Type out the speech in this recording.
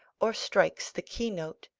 or strikes the keynote.